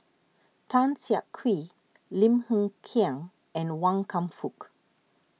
Tan Siak Kew Lim Hng Kiang and Wan Kam Fook